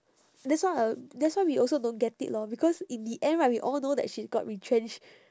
that's why I al~ that's why we also don't get it lor because in the end right we all know that she got retrenched